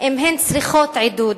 אם הן צריכות עידוד,